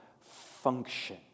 function